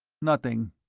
nothing.